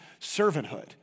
servanthood